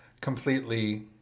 completely